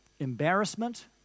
embarrassment